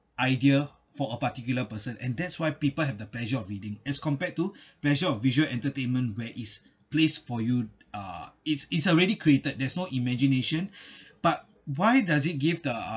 idea for a particular person and that's why people have the pleasure of reading as compared to pleasure of visual entertainment where it's place for you uh it's it's already created there's no imagination but why does it give the